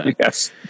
Yes